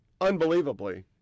unbelievably